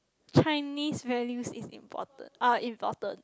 Chinese values is important are important